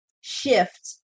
shift